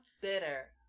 bitter